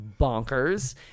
bonkers